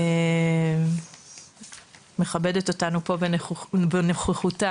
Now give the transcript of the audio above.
מכבדת אותנו פה בנוכחותה,